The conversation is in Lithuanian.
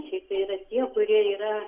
šiaip tai yra tie kurie yra